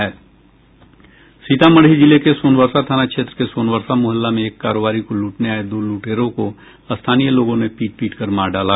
सीतामढ़ी जिले के सोनबरसा थाना क्षेत्र के सोनबरसा मुहल्ला में एक कारोबारी को लूटने आये दो लुटेरों को स्थानीय लोगों ने पीट पीटकर मार डाला